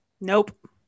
nope